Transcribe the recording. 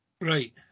right